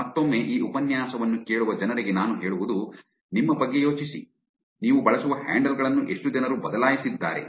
ಮತ್ತೊಮ್ಮೆ ಈ ಉಪನ್ಯಾಸವನ್ನು ಕೇಳುವ ಜನರಿಗೆ ನಾನು ಹೇಳುವುದು ನಿಮ್ಮ ಬಗ್ಗೆ ಯೋಚಿಸಿ ನೀವು ಬಳಸುವ ಹ್ಯಾಂಡಲ್ ಗಳನ್ನು ಎಷ್ಟು ಜನರು ಬದಲಾಯಿಸಿದ್ದಾರೆ